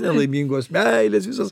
nelaimingos meilės visos